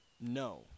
no